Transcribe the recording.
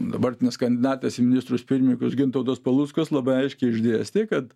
dabartinis kandidatas į ministrus pirminykus gintautas paluckas labai aiškiai išdėstė kad